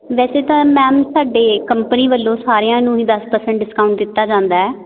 ਵੈਸੇ ਤਾਂ ਮੈਮ ਸਾਡੇ ਕੰਪਨੀ ਵੱਲੋਂ ਸਾਰਿਆਂ ਨੂੰ ਹੀ ਦਸ ਪ੍ਰਸੈਂਟ ਡਿਸਕਾਊਂਟ ਦਿੱਤਾ ਜਾਂਦਾ